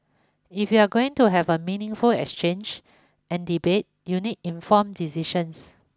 if you're going to have a meaningful exchange and debate you need informed decisions